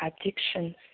addictions